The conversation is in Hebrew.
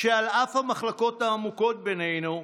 שעל אף המחלוקות העמוקות בינינו,